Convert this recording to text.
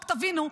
רק תבינו,